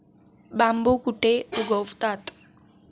बांबू कुठे उगवतात?